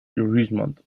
richmond